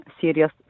serious